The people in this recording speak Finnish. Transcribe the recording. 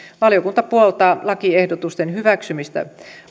valiokunta puoltaa lakiehdotusten hyväksymistä